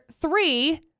three